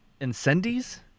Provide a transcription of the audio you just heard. Incendies